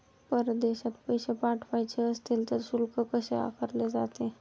परदेशात पैसे पाठवायचे असतील तर शुल्क कसे आकारले जाते?